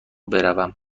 بروم